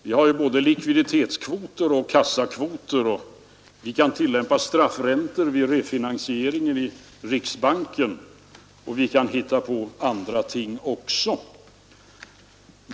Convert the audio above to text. Vi har ju både likviditetskvoter och kassakvoter, vi tillämpar straffräntor vid refinansieringen i riksbanken, och vi kan hitta på andra ting också.